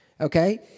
Okay